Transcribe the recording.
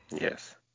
yes